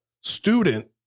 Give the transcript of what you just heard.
student